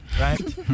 right